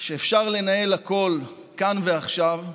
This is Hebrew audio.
שאפשר לנהל הכול כאן ועכשיו,